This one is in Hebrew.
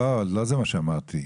לא זה מה שאמרתי.